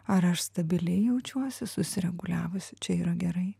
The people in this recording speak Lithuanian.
ar aš stabiliai jaučiuosi susireguliavusi čia yra gerai